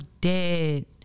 dead